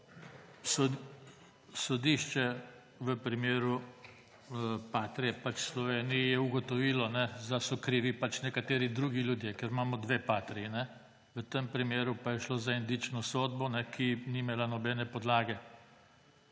Sodišče je v primeru Patrie v Sloveniji ugotovilo, da so krivi nekateri drugi ljudje, ker imamo dve Patrii. V tem primeru pa je šlo za indično sodbo, ki ni imela nobene podlage,